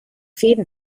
fäden